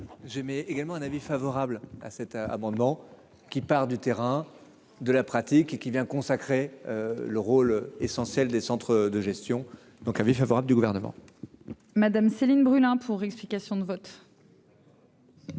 J'aimais également un avis favorable à cet amendement qui part du terrain de la pratique et qui vient consacrer. Le rôle essentiel des centres de gestion. Donc, avis favorable du gouvernement. Madame Céline Brulin pour explication de vote.